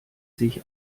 sich